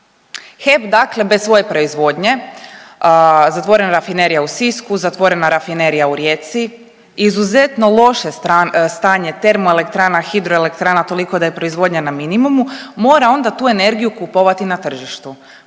HEP dakle bez svoje proizvodnje zatvorena rafinerija u Sisku, zatvorena rafinerija u Rijeci, izuzetno loše stanje termo elektrana, hidro elektrana toliko da je proizvodnja na minimumu mora onda tu energiju kupovati na tržištu